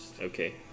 Okay